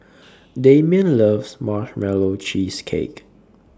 Damien loves Marshmallow Cheesecake